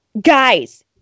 guys